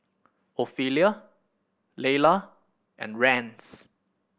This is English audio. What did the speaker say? Ophelia Leila and Rance